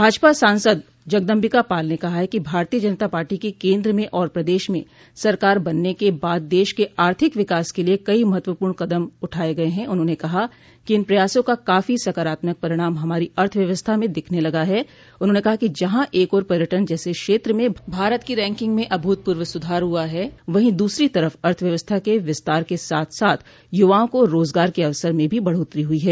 भाजपा सांसद जगदम्बिका पाल ने कहा है कि भारतीय जनता पार्टी की केन्द्र में ओर प्रदेश में सरकार बनने के बाद देश के आर्थिक विकास के लिये कई महत्वपूर्ण कदम उठाये गये है उन्होंने कहा कि इन प्रयासों का काफी सकारात्मक परिणाम हमारी अर्थ व्यवस्था में दिखने लगा है उन्होंने कहा कि जहां एक ओर पर्यटन जैसे क्षेत्र में भारत की रैकिंग में अभूतपूर्व सुधार हुआ है वहीं दूसरी तरफ अर्थव्यवस्था के विसतार के साथ साथ युवाओं को रोजगार के अवसर में भी बढ़ोत्तरी हुई है